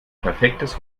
perfektes